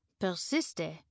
persiste